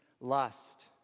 lust